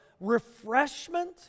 refreshment